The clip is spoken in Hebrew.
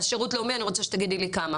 אז שירות לאומי אני רוצה שתגידי לי כמה.